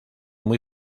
muy